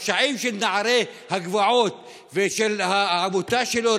הפשעים של נערי הגבעות ושל העמותה שלו,